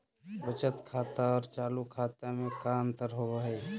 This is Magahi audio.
बचत खाता और चालु खाता में का अंतर होव हइ?